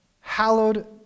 hallowed